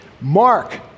Mark